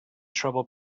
trouble